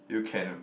you can